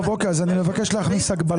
טוב, אוקיי, אז אני מבקש להכניס הגבלה.